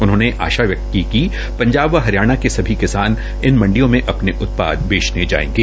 उन्होंने आशा व्यक्त की पंजाब व हरियाणा के सभी किसान इन मंडियों में अपन उत्पाद बेचने जायेंगे